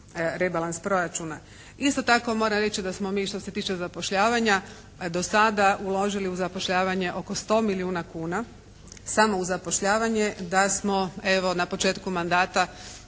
rebalans proračuna. Isto tako moram reći da smo mi što se tiče zapošljavanja dosada uložili u zapošljavanje oko 100 milijuna kuna, samo u zapošljavanje, da smo evo, na početku mandata